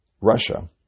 Russia